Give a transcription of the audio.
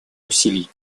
усилий